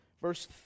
Verse